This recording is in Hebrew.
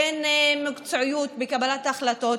אין מקצועיות בקבלת ההחלטות.